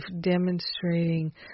demonstrating